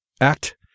Act